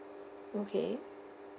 okay